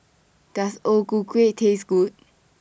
Does O Ku Kueh Taste Good